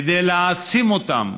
כדי להעצים אותם.